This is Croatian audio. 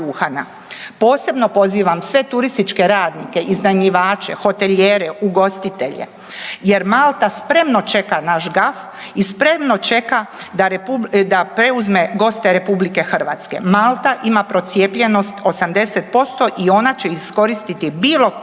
Posebno pozivam sve turističke radnike, iznajmljivače, hotelijere, ugostitelje jer Malta spremno čeka naš gaf i spremno čeka da preuzme goste RH. Malta ima procijepljenost 80% i ona će iskoristiti bilo